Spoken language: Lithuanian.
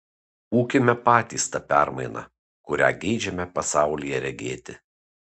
būkime patys ta permaina kurią geidžiame pasaulyje regėti